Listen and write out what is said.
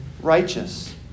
righteous